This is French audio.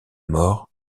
mort